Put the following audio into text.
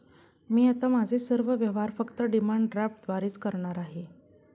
मी आता माझे सर्व व्यवहार फक्त डिमांड ड्राफ्टद्वारेच करणार आहे